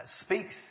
speaks